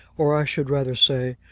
or i should rather say,